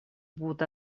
будут